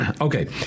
Okay